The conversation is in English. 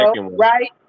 right